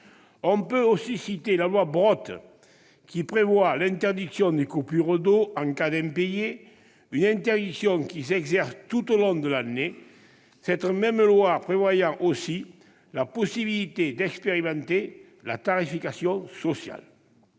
Citons aussi la loi Brottes, qui prévoit l'interdiction des coupures d'eau en cas d'impayé, une interdiction qui s'exerce tout au long de l'année, ainsi que la possibilité d'expérimenter la tarification sociale.